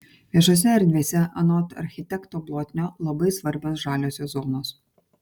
viešose erdvėse anot architekto blotnio labai svarbios žaliosios zonos